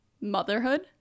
motherhood